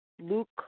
Luke